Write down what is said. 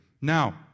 Now